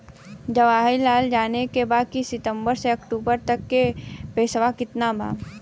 जवाहिर लाल के जाने के बा की सितंबर से अक्टूबर तक के पेसवा कितना बा?